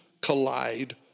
collide